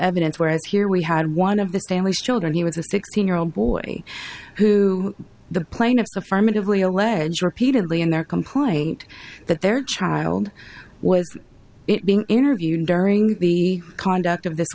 evidence whereas here we had one of the family's children he was a sixteen year old boy who the plaintiffs affirmatively allege repeatedly in their complaint that their child was being interviewed during the conduct of this